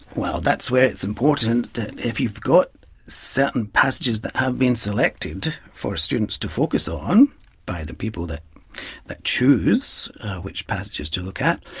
well that's where it's important that if you've got certain passages that have been selected for students to focus on by the people that that choose which passages to look at,